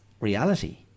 reality